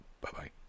Bye-bye